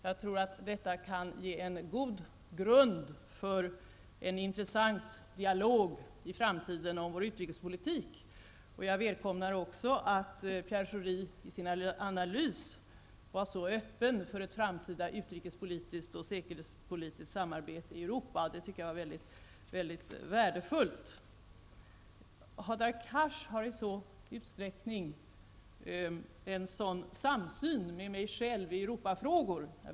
Jag tror att detta kan ge en god grund för en intressant dialog i framtiden i fråga om vår utrikespolitik. Jag välkomnar också att Pierre Schori i sin analys var så öppen för ett framtida utrikespolitiskt och säkerhetspolitiskt samarbete i Europa. Jag tycker att det var mycket värdefullt. Hadar Cars har i stor utsträckning samma inställning som jag själv i Europafrågor.